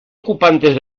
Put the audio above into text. ocupantes